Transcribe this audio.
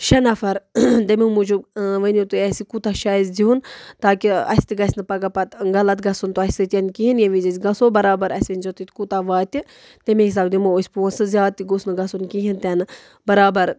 شےٚ نَفر تَمی موٗجوٗب ؤنِو تُہۍ اَسہِ کوٗتاہ چھِ اَسہِ دیُن تاکہِ اَسہِ تہِ گژھِ نہٕ پگاہ پَتہٕ غلط گژھُن تۄہہِ سۭتۍ کِہیٖنۍ ییٚمہِ وِزِ أسۍ گژھو برابَر اَسہِ ؤنۍزیو تُہۍ کوٗتاہ واتہِ تَمے حِساب دِمو أسۍ پونٛسہٕ زیادٕ تہِ گوٚژھ نہٕ گژھُن کِہیٖنۍ تہِ نہٕ برابَر